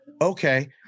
okay